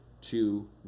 two